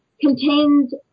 contains